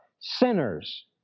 sinners